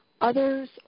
Others